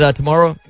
tomorrow